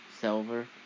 silver